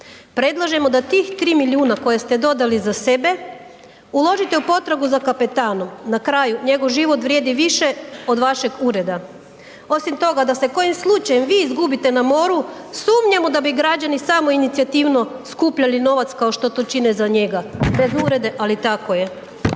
predlažemo da tih 3 milijuna koje ste dodali za sebe uložite u potragu za kapetanom, na kraju njegov život vrijedi više od vašeg ureda. Osim toga, da se kojim slučajem vi izgubite na moru, sumnjamo da bi građani samoinicijativno skupljali novac kao što to čine za njega, bez uvrede, ali tako je.